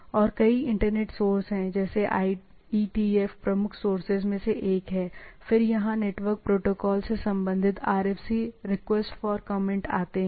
और कई internet source हैं जैसे IETF प्रमुख सोर्सेस में से एक है फिर यहां नेटवर्क प्रोटोकोल से संबंधित RFC रिक्वेस्ट फॉर कमेंट आते हैं